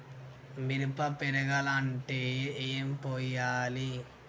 మిరప పెరగాలంటే ఏం పోయాలి?